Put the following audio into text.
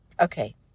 Okay